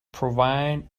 provide